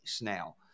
now